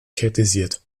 kritisiert